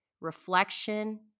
reflection